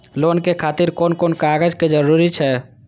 Loan के खातिर कोन कोन कागज के जरूरी छै?